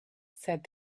said